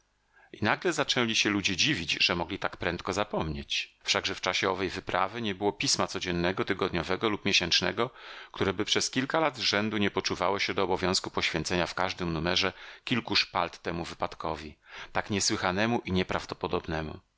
i nagle zaczęli się ludzie dziwić że mogli tak prędko zapomnieć wszakże w czasie owej wyprawy nie było pisma codziennego tygodniowego lub miesięcznego któreby przez kilka lat z rzędu nie poczuwało się do obowiązku poświęcenia w każdym numerze kilku szpalt temu wypadkowi tak niesłychanemu i nieprawdopodobnemu